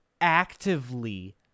actively